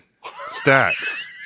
stacks